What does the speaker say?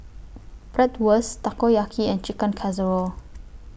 Bratwurst Takoyaki and Chicken Casserole